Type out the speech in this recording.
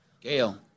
Gail